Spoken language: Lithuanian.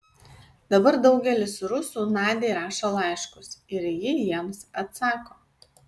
dabar daugelis rusų nadiai rašo laiškus ir ji jiems atsako